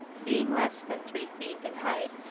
being less than three feet in height.